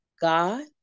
God